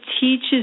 teaches